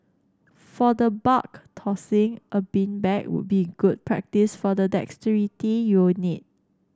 for the bulk tossing a beanbag would be good practice for the dexterity you'll need